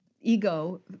ego